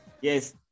Yes